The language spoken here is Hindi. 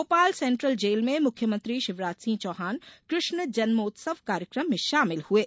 मोपाल सेन्टल जेल में मुख्यमंत्री शिवराज सिंह चौहान कृष्ण जन्मोत्सव कार्यकम में शामिल हये